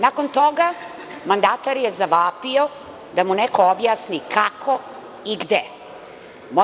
Nakon toga mandatar je zavapio da mu neko objasni kako i gde.